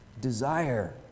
desire